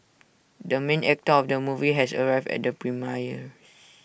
the main actor of the movie has arrived at the premiere